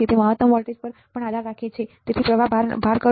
તે મહત્તમ output voltage પણ પર આધાર રાખે છે પ્રવાહ ભાર કરો